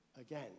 again